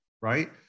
right